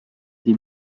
des